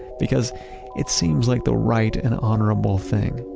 because it seems like the right and honorable thing.